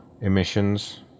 emissions